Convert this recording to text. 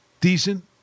decent